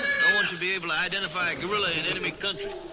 no one should be able to identify a guerrilla in enemy country.